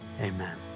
amen